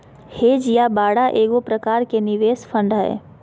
hedge या बाड़ा एगो प्रकार के निवेश फंड हय